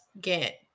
get